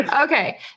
Okay